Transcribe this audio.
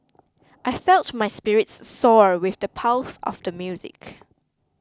I felt my spirits soar with the pulse of the music